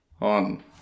on